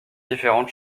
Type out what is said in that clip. différente